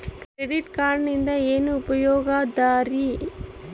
Credit ಕಾರ್ಡಿನಿಂದ ಏನು ಉಪಯೋಗದರಿ?